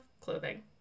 clothing